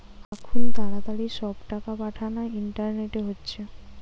আখুন তাড়াতাড়ি সব টাকা পাঠানা ইন্টারনেটে হচ্ছে